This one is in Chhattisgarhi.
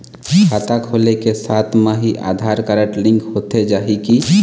खाता खोले के साथ म ही आधार कारड लिंक होथे जाही की?